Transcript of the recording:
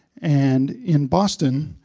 and in boston,